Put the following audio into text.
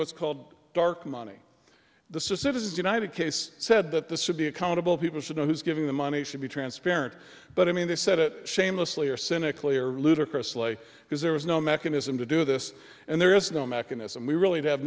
what's called dark money the citizens united case said that the should be accountable people should know who's giving the money should be transparent but i mean they said it shamelessly or cynically or ludicrously because there was no mechanism to do this and there is no mechanism we really have